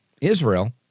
Israel